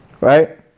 Right